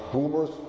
Boomers